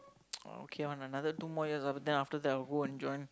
okay one ah another two more years then after that I will go and join